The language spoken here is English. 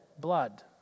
blood